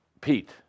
Pete